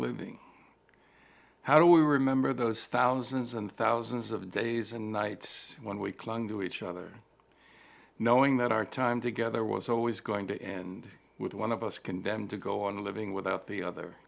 living how do we were a member of those thousands and thousands of days and nights when we clung to each other knowing that our time together was always going to end with one of us condemned to go on living without the other